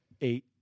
eight